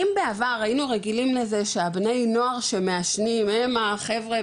אם בעבר היינו רגילים לזה שבני הנוער שמעשנים הם החבר'ה,